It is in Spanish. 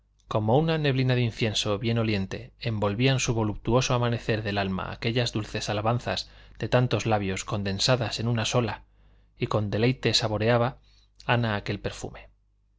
como una neblina de incienso bien oliente envolvían su voluptuoso amanecer del alma aquellas dulces alabanzas de tantos labios condensadas en una sola y con deleite saboreaba ana aquel perfume